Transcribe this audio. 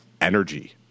energy